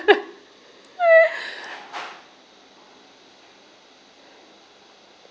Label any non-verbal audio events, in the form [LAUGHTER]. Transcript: [LAUGHS] [LAUGHS]